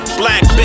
black